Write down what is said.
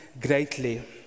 greatly